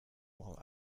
while